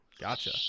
Gotcha